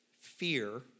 fear